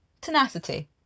Tenacity